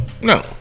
No